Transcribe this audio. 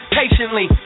patiently